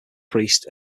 priest